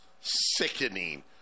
sickening